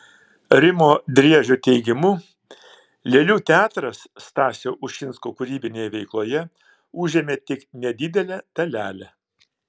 rimo driežio teigimu lėlių teatras stasio ušinsko kūrybinėje veikloje užėmė tik nedidelę dalelę